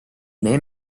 may